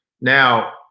Now